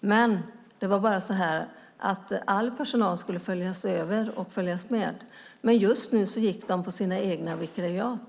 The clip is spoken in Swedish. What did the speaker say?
Men all personal skulle föras över och följa med, men just nu gick de på sina egna vikariat.